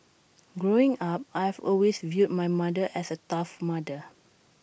growing up I've always viewed my mother as A tough mother